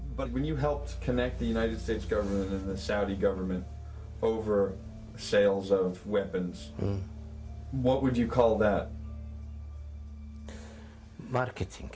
but when you help connect the united states government the saudi government over sales of weapons what would you call that marketing